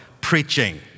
Preaching